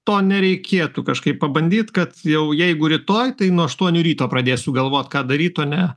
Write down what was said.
to nereikėtų kažkaip pabandyt kad jau jeigu rytoj tai nuo aštuonių ryto pradėsiu galvot ką daryt o ne